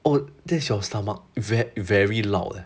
oh that's your stomach ve~ very loud eh